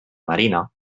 marina